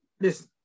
listen